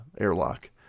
airlock